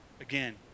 again